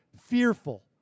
fearful